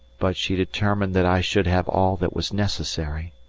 but she determined that i should have all that was necessary.